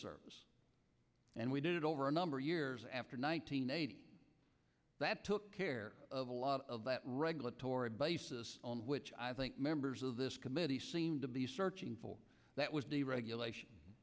service and we did it over a number of years after nine hundred eighty that took care of a lot of that regulatory basis on which i think members of this committee seemed to be searching for that was the regulation